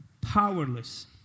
powerless